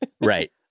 Right